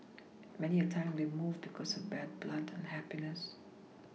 many a time they move because of bad blood unhapPiness